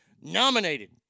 nominated